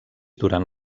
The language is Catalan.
durant